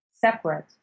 separate